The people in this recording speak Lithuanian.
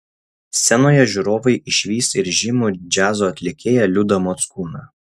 scenoje žiūrovai išvys ir žymų džiazo atlikėją liudą mockūną